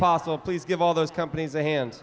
possible please give all those companies a hand